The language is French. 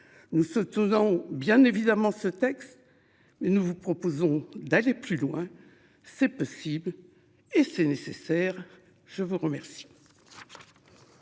Nous soutenons bien évidemment ce texte, mais nous vous proposons d'aller plus loin. C'est possible et nécessaire. La parole